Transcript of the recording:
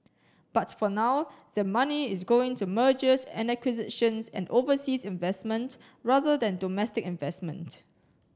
but for now their money is going to mergers and acquisitions and overseas investment rather than domestic investment